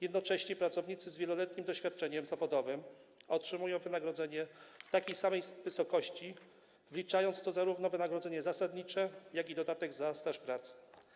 Jednocześnie pracownicy z wieloletnim doświadczeniem zawodowym otrzymują wynagrodzenie w takiej samej wysokości, wliczając w to zarówno wynagrodzenie zasadnicze, jak i dodatek za staż pracy.